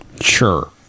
sure